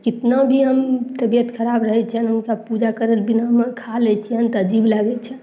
कितनो भी हम तबियत खराब रहय छनि हुनका पूजा करल बिना खा लै छियनि तऽ अजीब लागय छनि